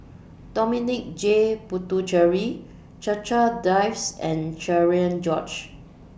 Dominic J Puthucheary Checha Davies and Cherian George